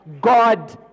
God